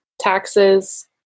taxes